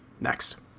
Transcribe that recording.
Next